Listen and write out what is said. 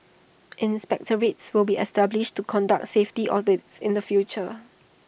inspectorates will be established to conduct safety audits in the future